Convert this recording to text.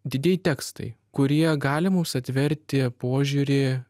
didieji tekstai kurie gali mums atverti požiūrį